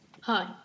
Hi